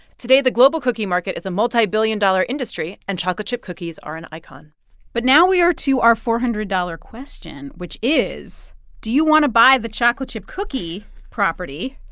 today, the global cookie market is a multibillion-dollar industry, and chocolate chip cookies are an icon but now we are to our four hundred dollars question, which is do you want to buy the chocolate chip cookie property,